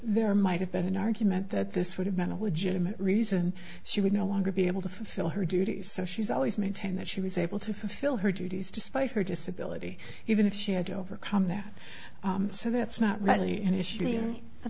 there might have been an argument that this would have been a legitimate reason she would no longer be able to fulfill her duties so she's always maintained that she was able to fulfill her duties despite her disability even if she had to overcome that so that's not really